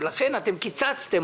ולכן אתם קיצצתם,